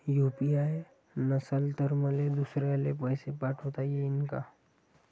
UPI नसल तर मले दुसऱ्याले पैसे पाठोता येईन का?